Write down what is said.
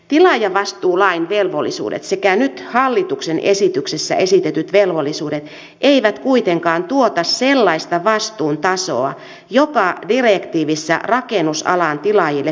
tilaajavastuulain velvollisuudet sekä nyt hallituksen esityksessä esitetyt velvollisuudet eivät kuitenkaan tuota sellaista vastuun tasoa joka direktiivissä rakennusalan tilaajille pyritään asettamaan